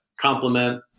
compliment